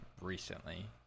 recently